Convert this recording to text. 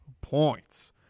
points